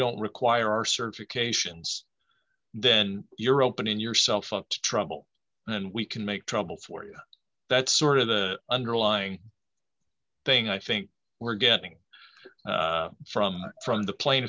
don't require surgery cations then you're opening yourself up to trouble and we can make trouble for you that's sort of the underlying thing i think we're getting from from the plane